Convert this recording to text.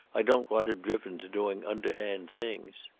i don't want him driven to doing underhand things.